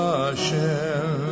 Hashem